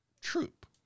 Troop